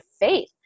faith